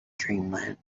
dreamland